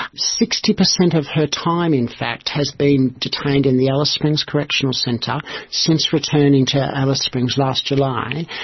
sixty percent of her time in fact has been detained in the alice springs correctional centre since returning to alice springs last july,